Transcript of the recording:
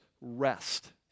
rest